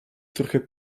trochę